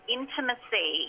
intimacy